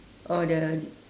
oh the